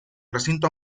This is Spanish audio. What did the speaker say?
recinto